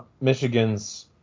Michigan's